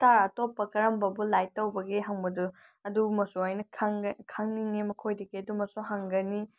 star ꯑꯇꯣꯞꯄ ꯀꯔꯝꯕꯕꯨ like ꯇꯧꯕꯒꯦ ꯍꯪꯕꯗꯣ ꯑꯗꯨꯒꯨꯝꯕꯁꯨ ꯑꯩꯅ ꯈꯪꯅꯤꯡꯉꯦ ꯃꯈꯣꯏꯗꯒꯤ ꯑꯗꯨꯒꯨꯝꯕꯁꯨ ꯍꯪꯒꯅꯤ